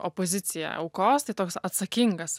opozicija aukos tai toks atsakingas